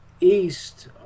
east